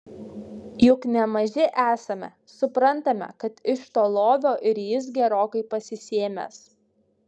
juk ne maži esame suprantame kad iš to lovio ir jis gerokai pasisėmęs